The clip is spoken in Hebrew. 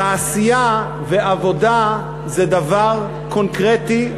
תעשייה ועבודה זה דבר קונקרטי,